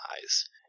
eyes